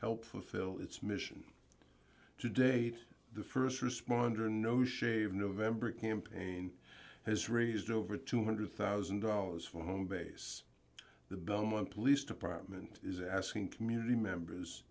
felt fulfill its mission today the st responder no shave november campaign has raised over two hundred thousand dollars for a base the bellman police department is asking community members